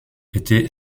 était